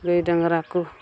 ᱜᱟᱹᱭ ᱰᱟᱝᱨᱟ ᱠᱚ